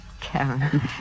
Karen